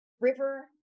river